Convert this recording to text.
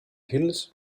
hills